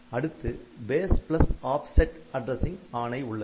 அடுத்து base offset addressing ஆணை உள்ளது